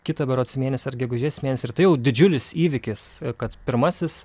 kitą berods mėnesį ar gegužės mėnesį ir tai jau didžiulis įvykis kad pirmasis